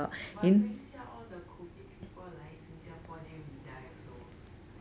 but 等下 all the COVID people 来新加坡 then we die also